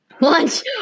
Lunch